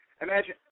Imagine